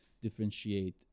differentiate